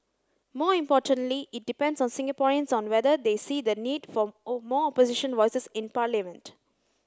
more importantly it depends on Singaporeans on whether they see the need for more opposition voices in parliament